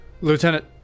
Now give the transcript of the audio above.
Lieutenant